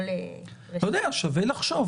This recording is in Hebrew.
אני לא יודע, שווה לחשוב.